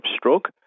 stroke